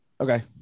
Okay